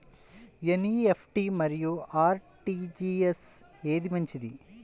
NEFT మరియు RTGS ఏది మంచిది?